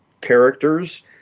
characters